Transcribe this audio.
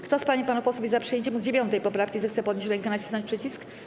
Kto z pań i panów posłów jest za przyjęciem 9. poprawki, zechce podnieść rękę i nacisnąć przycisk.